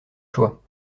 choix